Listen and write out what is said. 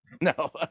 No